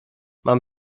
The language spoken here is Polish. mam